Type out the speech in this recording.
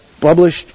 published